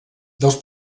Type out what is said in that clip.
dels